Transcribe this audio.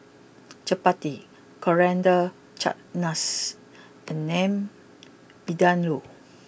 Chapati Coriander Chutney and Lamb Vindaloo